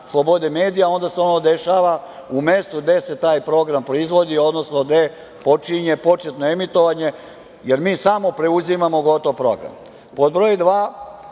slobode medija, onda se ono dešava u mestu gde se taj program proizvodi, odnosno gde počinje početno emitovanje, jer mi samo preuzimamo gotov program. Pod